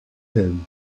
him